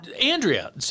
Andrea